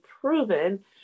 proven